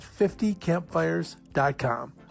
50campfires.com